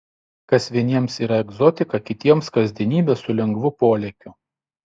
kas vieniems yra egzotika kitiems kasdienybė su lengvu polėkiu